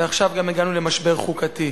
ועכשיו גם הגענו למשבר חוקתי,